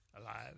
alive